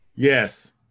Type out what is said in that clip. Yes